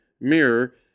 Mirror